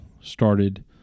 started